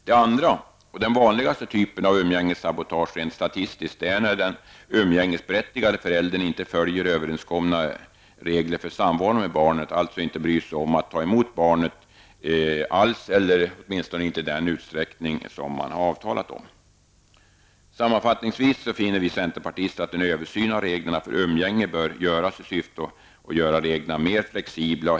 Den andra, och rent statistiskt vanligaste, typen av umgängessabotage är när den umgängesberättigade föräldern inte följer överenskomna regler för samvaro med barnet, alltså inte bryr sig om att ta emot barnet alls eller i varje fall inte i den utsträckning som har avtalats. Sammanfattningsvis finner vi centerpartister att en översyn av reglerna för umgänge bör göras i syfte att göra reglerna mer flexibla.